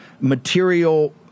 material